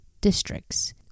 districts